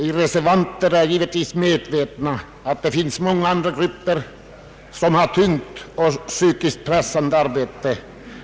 Vi reservanter är givetvis medvetna om att det finns många andra grupper som har tungt och psykiskt pressande arbete.